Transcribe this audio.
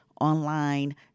online